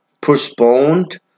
postponed